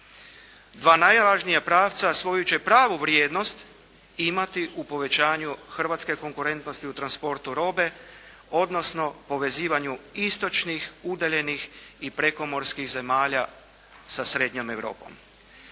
Dva najvažnija pravca svoju će pravu vrijednosti imati u povećanju hrvatske konkurentnosti u transportu robe odnosno povezivanju istočnih udaljenih i prekomorskih zemalja sa srednjom Europom.